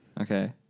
Okay